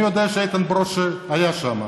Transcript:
אני יודע שאיתן ברושי היה שם,